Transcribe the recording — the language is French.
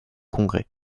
congrès